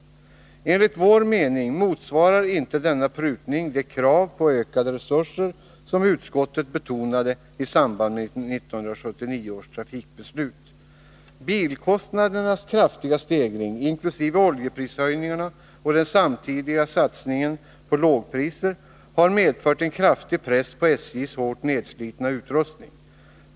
Enligt vår mening motsvarar inte denna prutning de krav på ökade resurser som utskottet betonade i samband med 1979 års trafikbeslut. Bilkostnadernas kraftiga stegring inkl. oljeprishöjningarna och den samtidiga satsningen på lågpriser har medfört en kraftig press på SJ:s hårt nedslitna utrustning.